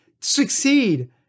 succeed